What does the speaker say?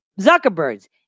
Zuckerberg's